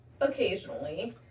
occasionally